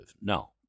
No